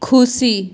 खुसी